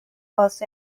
was